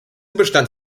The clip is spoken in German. bestand